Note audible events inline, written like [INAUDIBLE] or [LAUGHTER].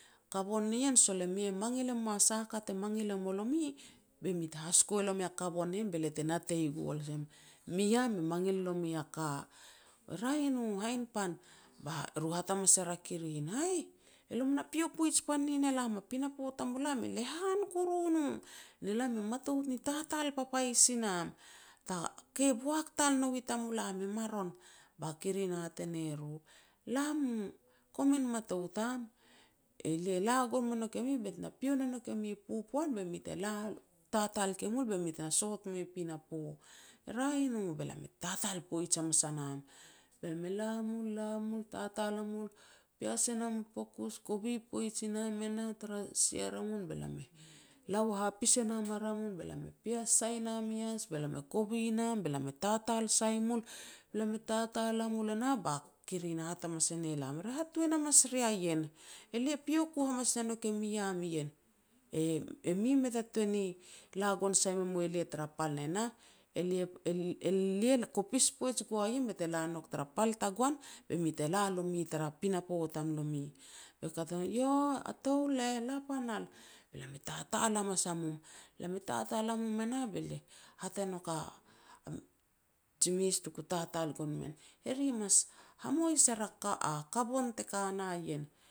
"Kabon nien, sol e mi e mangil e moa sah a ka te mangil e mulomi, be mi te hasiko e nomi a kabon nien be lia te natei gu olsem, mi am mangil no mi a ka." "Raeh e no, hainpan." Ba ru e hat hamas er a kirin, "Aih, e lom na pio poij pan nin e lam, pinapo tamulam e lehan kuru no, ne lam e matout ni tatal papais i nam, ta ke boak tal nou i tamulam i maron." Ba kirin e hat e ne ru, "La mu, komin matout am, e lia la gon me nouk e mi bet na pio ne nouk e mi popoan be mi te la tatal ke mul be mi tena soat mui pinapo." "E raeh i no." Be lam e tatal poij hamas a nam, be lam e la mul, la mul, tatal a mul, pias e nam u pukus, kovi poij i nam e nah tara sia ramun be lam e la hapis e nam a ramun, be lam e pias sai nam ias be lam e kovi nam be lam e tatal sai mul, be lam e tatal a mul e nah ba kirin hat hamas e ne lam, "Re hatuan hamas ria ien, e lia pio ku hamas ne gue mi am ien, [HESITATION] e mi mei ta tuan ni la gon sai me mue lia tara pal ne nah, [HESITATION] elia kopis poij gua ien be lia te la nouk tara pal tagoan, be mi te la nomi8 tara pinapo tamlomi." Be kat a no, "Io, a touleh, la pan al." Be lam e tatal hamas a mum, lam e tatal a mum e nah be lia hat e nouk a ji mes tuku tatal gon men, "E ri mas hamois er a kabon te ka na ien.